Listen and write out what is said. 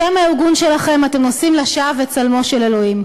בשם הארגון שלכם אתם נושאים לשווא את צלמו של אלוהים.